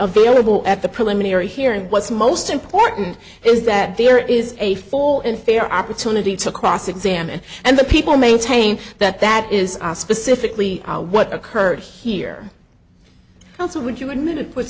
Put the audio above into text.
available at the preliminary hearing what's most important is that there is a full and fair opportunity to cross examine and the people maintain that that is specifically what occurred here also would you admit it puts